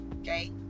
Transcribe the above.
Okay